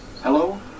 Hello